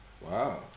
Wow